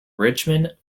richmond